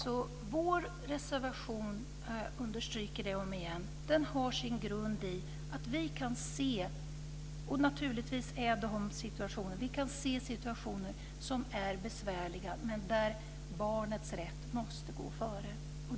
Vår reservation - jag understryker det om igen - har sin grund i att vi kan se situationer som är besvärliga där barnets rätt måste gå före.